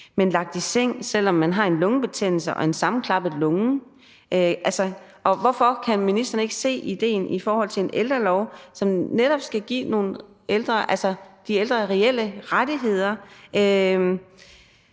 men lagt i seng, selv om de har lungebetændelse og en sammenklappet lunge? Hvorfor kan ministeren ikke se idéen i en ældrelov, som netop skal give de ældre reelle rettigheder